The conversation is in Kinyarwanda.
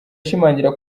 ashimangira